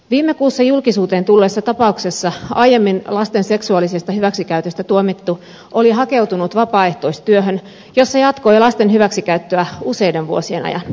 viime kuussa julkisuuteen tulleessa tapauksessa aiemmin lasten seksuaalisesta hyväksikäytöstä tuomittu oli hakeutunut vapaaehtoistyöhön jossa jatkoi lasten hyväksikäyttöä useiden vuosien ajan